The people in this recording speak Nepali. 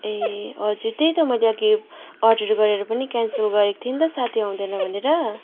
ए हजुर त्यही त मैले अघि अर्डर गरेर पनि क्यान्सल गरेको थिएँ नि त साथी आउँदैन भनेर